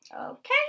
Okay